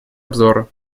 обзора